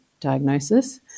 diagnosis